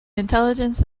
intelligence